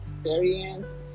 experience